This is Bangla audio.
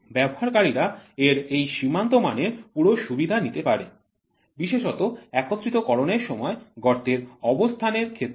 ব্যবহারকারীরা এর এই সীমান্ত মানের পুরো সুবিধা নিতে পারেন বিশেষত একত্রিতকরণ এর সময় গর্তের অবস্থান এর ক্ষেত্রে